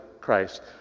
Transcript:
Christ